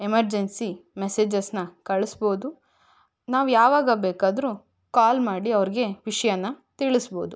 emergency ಮೆಸೇಜಸನ್ನ ಕಳಸ್ಬೋದು ನಾವು ಯಾವಾಗ ಬೇಕಾದರೂ ಕಾಲ್ ಮಾಡಿ ಅವ್ರಿಗೆ ವಿಷಯನ ತಿಳಿಸ್ಬೋದು